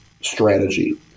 strategy